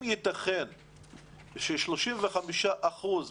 עובדי המוכש"ר יהיו בדיוק באותה מידה,